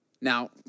now